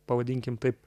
pavadinkim taip